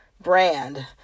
brand